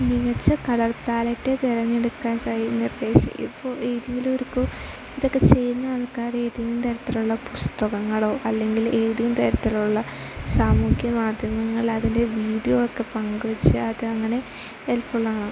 മികച്ച colour palette തെരഞ്ഞെടുക്കാൻ നിർദ്ദേശിച്ചു ഇപ്പം ഏതെങ്കിലും ഒരു ഇതൊക്കെ ചെയ്യ്ന്ന ആൾക്കാർ ഏതെങ്കിലും തരത്തിലുള്ള പുസ്തകങ്ങളോ അല്ലെങ്കിൽ ഏതെങ്കിലും തരത്തിലുള്ള സാമൂഹ്യ മാധ്യമങ്ങൾ അതിൻ്റെ വീഡിയോ ഒക്കെ പങ്കു വച്ചു അത് അങ്ങനെ ഹെൽഫുൾ ആണ്